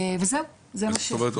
אז את אומרת,